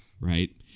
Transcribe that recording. right